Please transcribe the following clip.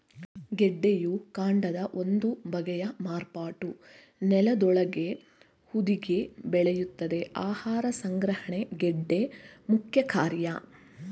ಗೆಡ್ಡೆಯು ಕಾಂಡದ ಒಂದು ಬಗೆಯ ಮಾರ್ಪಾಟು ನೆಲದೊಳಗೇ ಹುದುಗಿ ಬೆಳೆಯುತ್ತದೆ ಆಹಾರ ಸಂಗ್ರಹಣೆ ಗೆಡ್ಡೆ ಮುಖ್ಯಕಾರ್ಯ